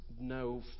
no